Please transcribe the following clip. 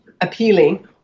appealing